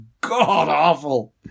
god-awful